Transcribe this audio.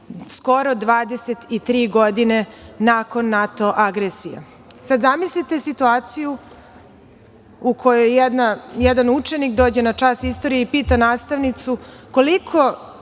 skoro 23 godine nakon NATO agresije. Zamislite situaciju u kojoj jedan učenik dođe na čas istorije i pita nastavnicu – koliko